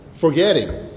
forgetting